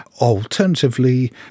Alternatively